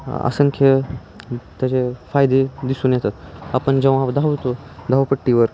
असंख्य त्याचे फायदे दिसून येतात आपण जेव्हा धावतो धावपट्टीवर